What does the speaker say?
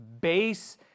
base